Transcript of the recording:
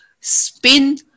spin